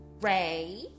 Ray